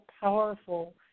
powerful